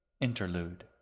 Interlude